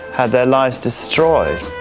had their lives destroyed.